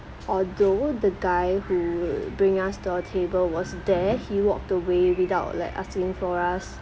although the guy who bring us to our table was there he walked away without like asking for us